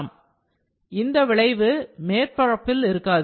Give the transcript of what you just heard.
ஆனால் இந்த விளைவு மேற்பரப்பில் இருக்காது